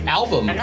album